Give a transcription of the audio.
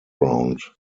round